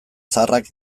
zaharrak